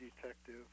detective